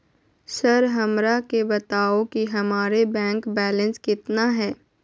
Sir हमरा के बताओ कि हमारे बैंक बैलेंस कितना है?